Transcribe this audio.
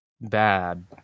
bad